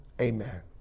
Amen